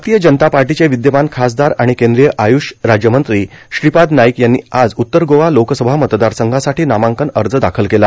भारतीय जनता पार्टीचे विद्यमान खासदार आणि केंद्रीय आय्रष राज्यमंत्री श्रीपाद नाईक यांनी आज उत्तर गोवा लोकसभा मतदारसंघासाठी नामांकन अर्ज दाखल केला